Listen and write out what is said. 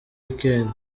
weekend